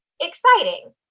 exciting